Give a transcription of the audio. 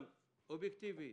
גם אובייקטיבית